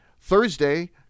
Thursday